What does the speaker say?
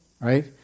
Right